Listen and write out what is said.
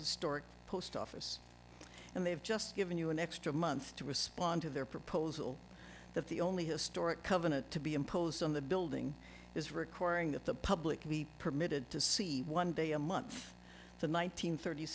historic post office and they have just given you an extra month to respond to their proposal that the only historic covenant to be imposed on the building is requiring that the public be permitted to see one day a month than one nine hundred thirty